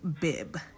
bib